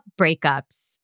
breakups